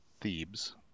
Thebes